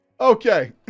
okay